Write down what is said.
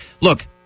look